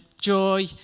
joy